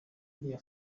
iriya